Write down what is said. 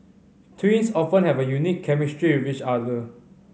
twins often have a unique chemistry with each other